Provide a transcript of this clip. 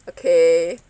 okay